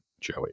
joey